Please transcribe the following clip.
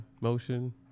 motion